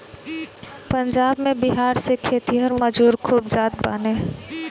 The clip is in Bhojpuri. पंजाब में बिहार से खेतिहर मजूर खूब जात बाने